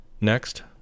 Next